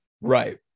Right